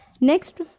next